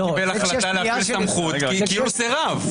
לא קיבל החלטה להפעיל סמכות, זה כאילו סרב.